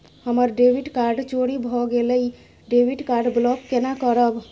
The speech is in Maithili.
हमर डेबिट कार्ड चोरी भगेलै डेबिट कार्ड ब्लॉक केना करब?